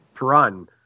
run